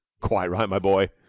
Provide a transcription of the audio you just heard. quite right, my boy!